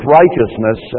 righteousness